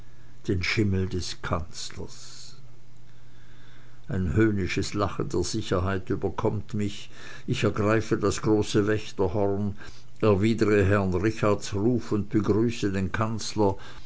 den schimmel des kanzlers ein höhnisches lachen der sicherheit überkommt mich ich ergreife das große wächterhorn erwidere herrn richards ruf und begrüße den kanzler